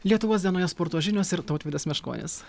lietuvos dienoje sporto žinios ir tautvydas meškonis